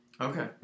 Okay